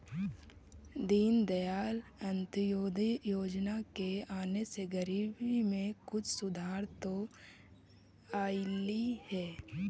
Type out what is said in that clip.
दीनदयाल अंत्योदय योजना के आने से गरीबी में कुछ सुधार तो अईलई हे